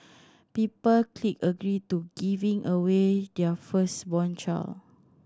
people clicked agree to giving away their firstborn child